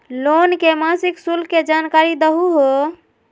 Loan के मासिक शुल्क के जानकारी दहु हो?